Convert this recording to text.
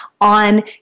on